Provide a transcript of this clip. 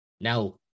now